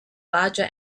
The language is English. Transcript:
larger